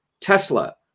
Tesla